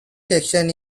section